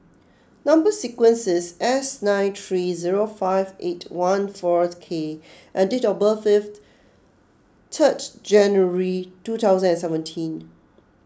Number Sequence is S nine three zero five eight one four K and date of birth is third January two thousand and seventeen